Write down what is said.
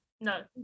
No